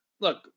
Look